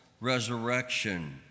resurrection